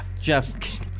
Jeff